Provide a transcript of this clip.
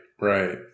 Right